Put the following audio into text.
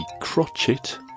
crotchet